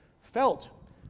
felt